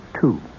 Two